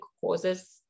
causes